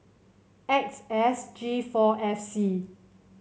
X S G four F C